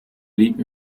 blieb